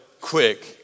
quick